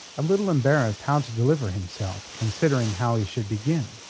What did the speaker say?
a little embarrassed how to deliver himself, considering how he should begin.